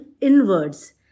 inwards